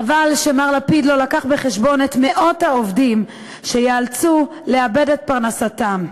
חבל שמר לפיד לא הביא בחשבון את מאות העובדים שייאלצו לאבד את פרנסתם.